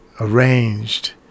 Arranged